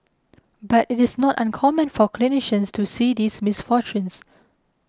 but it is not uncommon for clinicians to see these misfortunes